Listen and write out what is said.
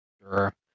Sure